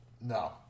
No